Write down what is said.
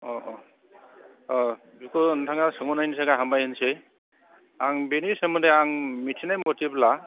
अ अ अ बेखौ नोंथाङा सोंहरनायनि थाखाय हामबाय होननोसै आं बेनि सोमोन्दै आं मिथिनाय मथेब्ला